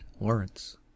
lawrence